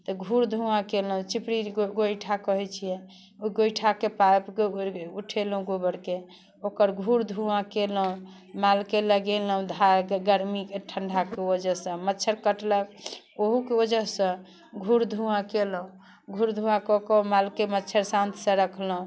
तऽ घूर धुआँ केलहुँ चिपड़ी गोइठा कहै छिए ओ गोइठाके पारि उठेलहुँ गोबरके ओकर घूर धुआँ केलहुँ मालके लगेलहुँ धऽके गरमीके ठण्डाके वजहसँ मच्छर काटलक ओहूके वजहसँ घूर धुआँ केलहुँ घूर धुआँ कऽ कऽ मालके मच्छर शान्तसँ रखलहुँ